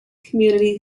community